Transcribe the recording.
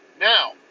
Now